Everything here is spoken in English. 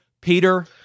Peter